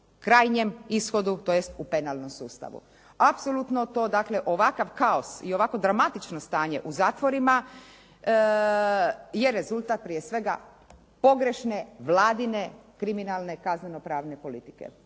krajnjem ishodu tj. u penalnom sustavu. Apsolutno dakle ovakav kaos i ovako dramatično stanje u zatvorima, je rezultat prije svega pogrešne Vladine kriminalne kazneno prave politike.